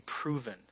proven